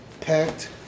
packed